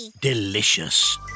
Delicious